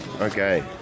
Okay